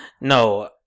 No